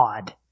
odd